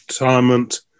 retirement